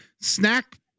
snack